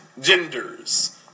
genders